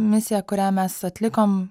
misija kurią mes atlikom